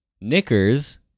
knickers